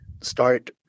start